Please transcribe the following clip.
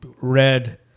red